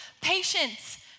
patience